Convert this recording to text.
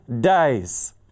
days